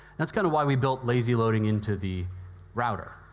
that's kind of why we built lazy-loading into the router.